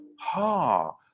ha